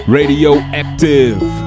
Radioactive